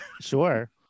Sure